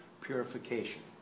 purification